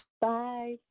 Bye